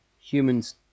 Humans